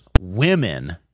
women